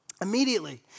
Immediately